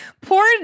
Poor